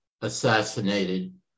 assassinated